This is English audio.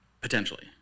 potentially